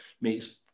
makes